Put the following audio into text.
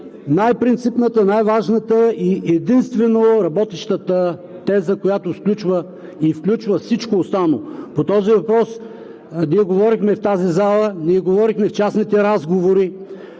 най-принципната, най-важната и единствено работещата теза, която сключва и включва всичко останало. По този въпрос ние говорихме в тази зала, ние говорихме в частните разговори.